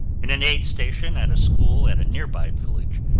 in an aid station at a school at a nearby village,